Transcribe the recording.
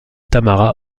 tamara